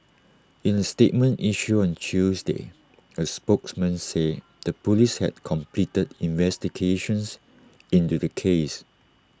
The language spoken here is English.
in A statement issued on Tuesday A spokesman said the Police had completed investigations into the case